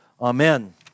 Amen